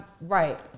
Right